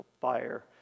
fire